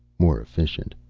more efficient.